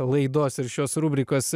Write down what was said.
laidos ir šios rubrikos